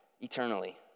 eternally